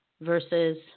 versus